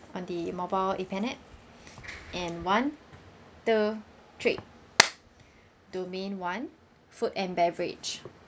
on the mobile Appen app and one two three domain one food and beverage